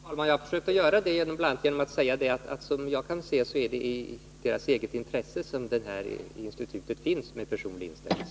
Herr talman! Jag försökte göra det bl.a. genom att säga att såvitt jag kan se är det i deras eget intresse som det här institutet med personlig inställelse finns.